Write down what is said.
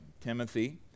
Timothy